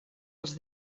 als